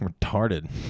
Retarded